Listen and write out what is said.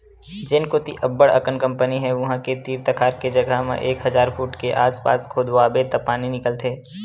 जेन कोती अब्बड़ अकन कंपनी हे उहां के तीर तखार के जघा म एक हजार फूट के आसपास खोदवाबे त पानी निकलथे